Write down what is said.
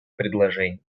предложений